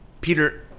peter